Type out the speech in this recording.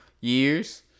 years